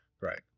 Right